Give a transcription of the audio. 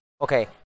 okay